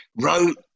wrote